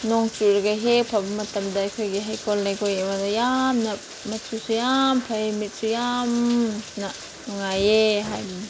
ꯅꯣꯡ ꯆꯨꯔꯒ ꯍꯦꯛ ꯐꯕ ꯃꯇꯝꯗ ꯑꯩꯈꯣꯏꯒꯤ ꯍꯩꯀꯣꯜ ꯂꯩꯀꯣꯜ ꯌꯦꯡꯕꯗ ꯌꯥꯝꯅ ꯃꯆꯨꯁꯨ ꯌꯥꯝ ꯐꯩ ꯃꯤꯠꯁꯨ ꯌꯥꯝꯅ ꯅꯨꯡꯉꯥꯏꯌꯦ ꯍꯥꯏꯅꯤꯡꯉꯦ